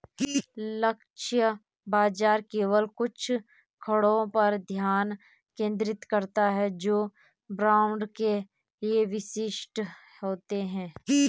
लक्ष्य बाजार केवल कुछ खंडों पर ध्यान केंद्रित करता है जो ब्रांड के लिए विशिष्ट होते हैं